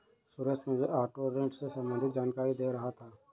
सुरेश मुझे ऑटो ऋण से संबंधित जानकारी दे रहा था